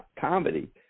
comedy